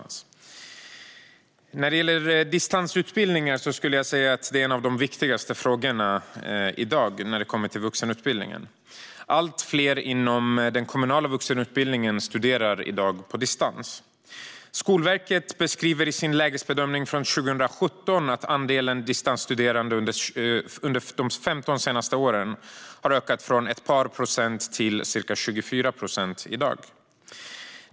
När det gäller distansutbildningar skulle jag säga att det är en av de viktigaste frågorna inom vuxenutbildningen i dag. Allt fler inom den kommunala vuxenutbildningen studerar i dag på distans. Skolverket beskriver i sin lägesbedömning från 2017 att andelen distansstuderande under de senaste 15 åren har ökat från ett par procent till dagens ca 24 procent.